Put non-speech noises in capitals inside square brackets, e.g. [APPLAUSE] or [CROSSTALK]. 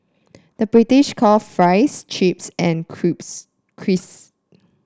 the British call fries chips and [UNINTELLIGIBLE] crisp